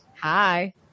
Hi